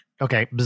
Okay